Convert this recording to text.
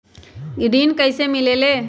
ऋण कईसे मिलल ले?